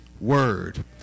word